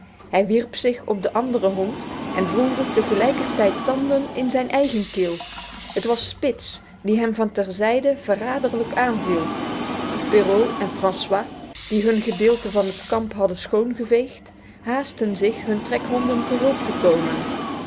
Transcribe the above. hij wierp zich op den anderen hond en voelde tegelijkertijd tanden in zijn eigen keel het was spitz die hem van ter zijde verraderlijk aanviel perrault en francois die hun gedeelte van het kamp hadden schoongeveegd haastten zich hun trekhonden te hulp te komen